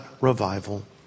revival